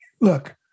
look